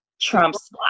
trumps